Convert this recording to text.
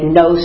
no